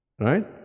right